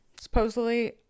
Supposedly